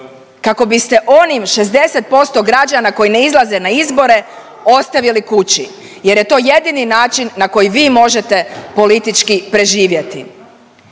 kako biste onih 60% građana koji ne izlaze na izbore ostavili kući jer je to jedini način na koji vi možete politički preživjeti.